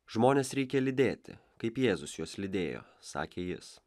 žmones reikia lydėti kaip jėzus juos lydėjo sakė jis